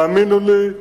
האמינו לי,